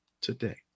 today